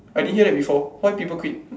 I didn't hear that before why people quit